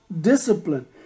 discipline